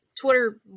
Twitter